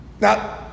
Now